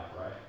Right